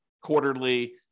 quarterly